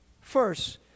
First